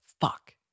fuck